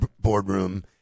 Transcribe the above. boardroom